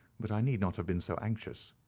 but i need not have been so anxious,